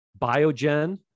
Biogen